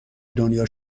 دنیا